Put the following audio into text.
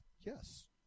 Yes